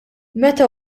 meta